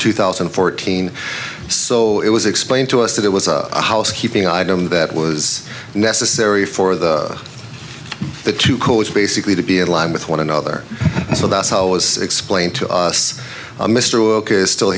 two thousand and fourteen so it was explained to us that it was a housekeeping item that was necessary for the it to coach basically to be aligned with one another so that's how it was explained to us a mystery is still